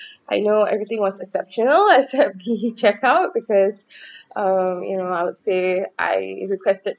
I know everything was exceptional except the check out because um you know I would say I requested